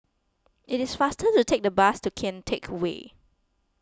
it is faster to take the bus to Kian Teck Way